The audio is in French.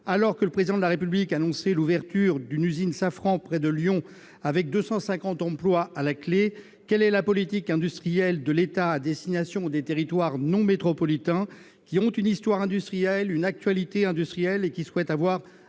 Alors que le Président de la République a annoncé l'ouverture d'une usine Safran près de Lyon avec 250 emplois à la clé, quelle est la politique industrielle de l'État à destination des territoires non métropolitains qui ont une histoire et une actualité industrielles et qui souhaitent avoir un